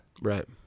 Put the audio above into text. Right